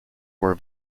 were